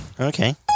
Okay